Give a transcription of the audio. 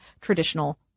traditional